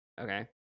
Okay